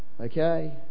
Okay